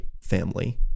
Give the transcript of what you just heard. family